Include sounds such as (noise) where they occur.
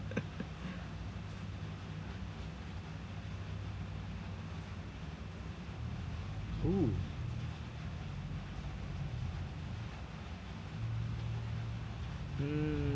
(laughs) oh mm